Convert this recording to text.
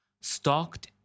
stalked